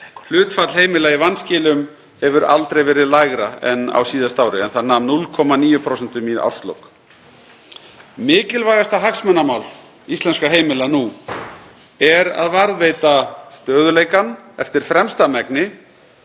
Hlutfall heimila í vanskilum hefur aldrei verið lægra hér á landi en árið 2021, en það nam 0,9% í lok ársins. Mikilvægasta hagsmunamál íslenskra heimila nú er að varðveita stöðugleikann eftir fremsta megni